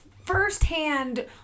firsthand